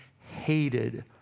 hated